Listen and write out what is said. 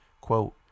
Quote